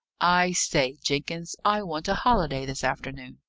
i say, jenkins, i want a holiday this afternoon.